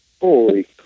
holy